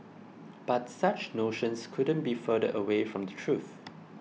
but such notions couldn't be further away from the truth